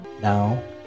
Now